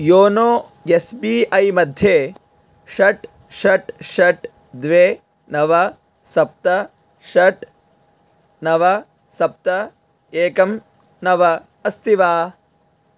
YONO S B I मध्ये षट् षट् षट् द्वे नव सप्त षट् नव सप्त एकं नव अस्ति वा